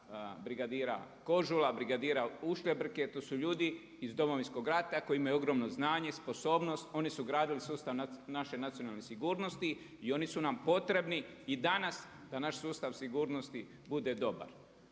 brigadira Kožula, brigadira Ušljebrke, to su ljudi iz Domovinskog rata koji imaju ogromno znanje, sposobnost. Oni su gradili sustav naše nacionalne sigurnosti i oni su nam potrebni i danas da naš sustav sigurnosti bude dobar.